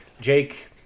Jake